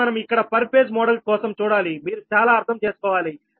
ఇప్పుడు మనం ఇక్కడ పర్ ఫేజ్ మోడల్ కోసం చూడాలి మీరు చాలా అర్థం చేసుకోవాలి